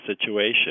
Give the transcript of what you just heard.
situation